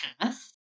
path